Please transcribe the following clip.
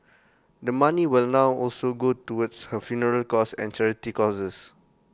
the money will now also go towards her funeral costs and charity causes